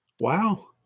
Wow